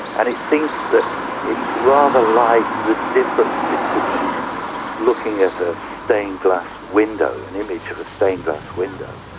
and it seems that it's rather like the difference between looking at a stained glass window, an image of a stained glass window,